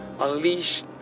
Unleash